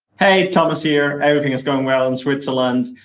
hey, thomas here, everything is going well in switzerland.